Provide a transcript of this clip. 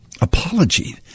apology